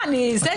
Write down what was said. (הגנה מפני עיקול של כספי סיוע להורה עצמאי),